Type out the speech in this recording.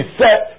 set